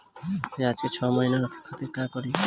प्याज के छह महीना रखे खातिर का करी?